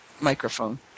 microphone